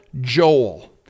Joel